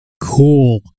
Cool